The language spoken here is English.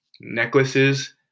necklaces